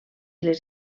les